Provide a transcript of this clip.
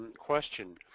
question,